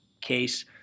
case